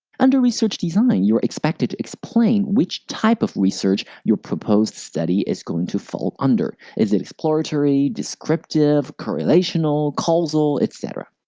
under research design, you are expected to explain which type of research your proposed study is going to fall under is it exploratory, descriptive, correlational, causal, etc?